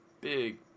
big